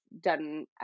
done